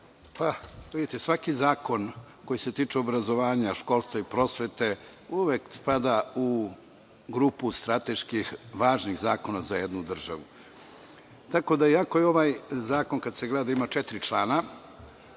poslanici, svaki zakon koji se tiče obrazovanja, školstva i prosvete uvek spada u grupu strateški važnih zakona za jednu državu. Iako ovaj zakon, kada se gleda, ima četiri člana,